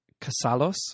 Casalos